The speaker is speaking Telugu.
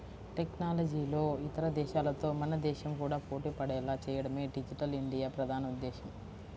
టెక్నాలజీలో ఇతర దేశాలతో మన దేశం కూడా పోటీపడేలా చేయడమే డిజిటల్ ఇండియా ప్రధాన ఉద్దేశ్యం